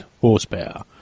horsepower